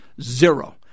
Zero